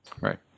right